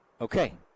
Okay